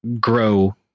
grow